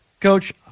Coach